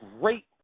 Great